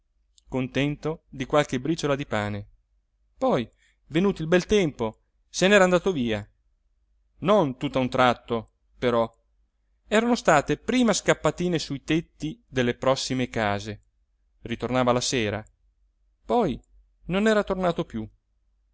contento di qualche briciola di pane poi venuto il bel tempo se n'era andato via non tutt'a un tratto però erano state prima scappatine sui tetti delle prossime case ritornava la sera poi non era tornato più